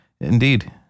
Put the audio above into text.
Indeed